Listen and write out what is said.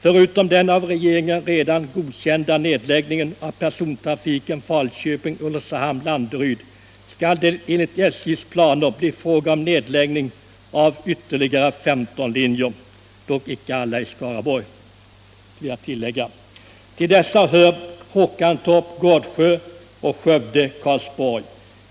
Förutom den av regeringen redan godkända nedläggningen av persontrafiken Falköping-Ulricehamn-Landeryd skall det enligt SJ:s planer bli fråga om nedläggning av femton linjer — dock inte alla i Skaraborg. Till dessa hör Håkantorp-Gårdsjö och Skövde-Karlsborg.